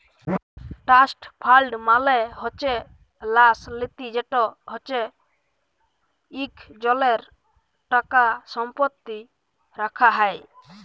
trust fund মালে হছে ল্যাস লিতি যেট হছে ইকজলের টাকা সম্পত্তি রাখা হ্যয়